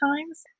times